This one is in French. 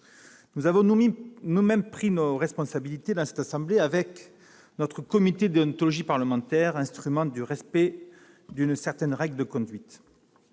Nous-mêmes avons pris nos responsabilités dans cette assemblée, avec notre comité de déontologie parlementaire, instrument du respect d'une certaine règle de conduite.